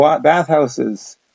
bathhouses